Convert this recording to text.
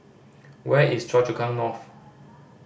where is Choa Chu Kang North